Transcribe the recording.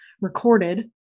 recorded